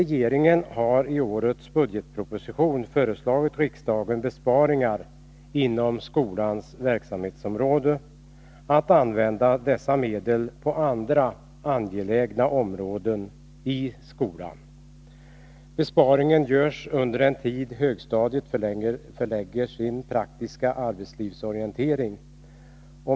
Regeringen har i årets budgetproposition föreslagit riksdagen att göra besparingar inom skolans verksamhetsområde. Medlen i fråga vill man i stället använda för andra angelägna behov inom skolan. En besparing görs under den tid då högstadiets elever är ute på praktisk arbetslivsorientering.